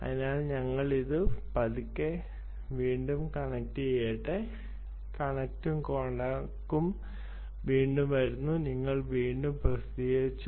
അതിനാൽ ഞങ്ങൾ ഇത് പതുക്കെ വീണ്ടും ചെയ്യട്ടെ കണക്റ്റും കോണാക്കും വീണ്ടും വരുന്നു നിങ്ങൾ വീണ്ടും പ്രസിദ്ധീകരിച്ചു